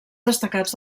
destacats